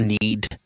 need